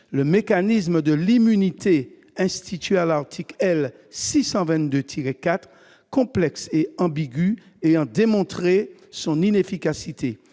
le mécanisme de l'immunité institué à l'article L. 622-4, complexe et ambigu, ayant démontré son inefficacité,